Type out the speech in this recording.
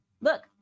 Look